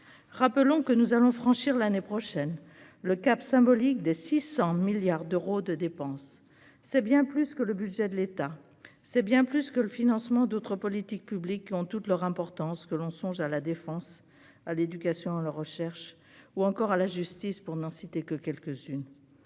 rappelons que nous allons franchir l'année prochaine le cap symbolique des 600 milliards d'euros de dépenses, c'est bien plus que le budget de l'État, c'est bien plus que le financement d'autres politiques publiques qui ont toute leur importance, que l'on songe à la Défense à l'éducation, la recherche ou encore à la justice pour n'en citer que quelques-unes